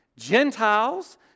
Gentiles